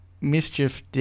mischief